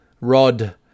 rod